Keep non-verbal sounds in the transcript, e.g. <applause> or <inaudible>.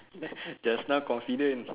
<noise> just now confident